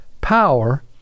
power